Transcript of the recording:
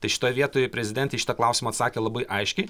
tai šitoj vietoj prezidentė į šitą klausimą atsakė labai aiškiai